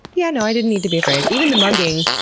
yeah, no, i didn't need to be afraid. even the mugging,